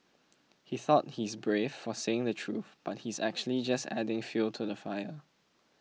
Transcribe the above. he thought he's brave for saying the truth but he's actually just adding fuel to the fire